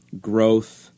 growth